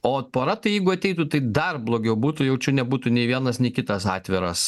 o pora tai jeigu ateitų tai dar blogiau būtų jaučiu nebūtų nei vienas nei kitas atviras